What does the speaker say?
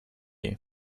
you